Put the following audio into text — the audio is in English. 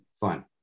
Fine